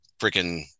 freaking